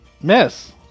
Miss